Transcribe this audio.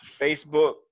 Facebook